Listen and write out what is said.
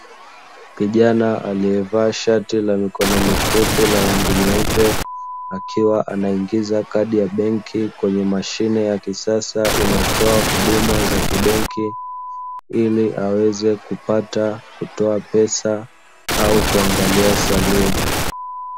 Kijana aliyevaa shati la mikono mifupi la rangi ya nyeupe, akiwa anaingiza kadi ya benki kwenye mashine ya kisasa inayotoa huduma za kibenki. Ili aweze kupata kutoa pesa au kuangalia salio.